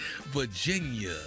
Virginia